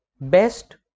best